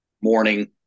morning